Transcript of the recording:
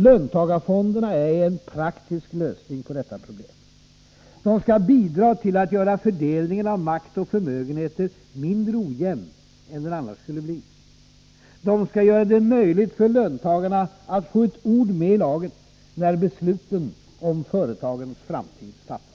Löntagarfonderna är en praktisk lösning på detta problem. De skall bidra till att göra fördelningen av makt och förmögenheter mindre ojämn än den annars skulle bli. De skall göra det möjligt för löntagarna att få ett ord med i laget, när besluten om företagens framtid fattas.